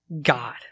God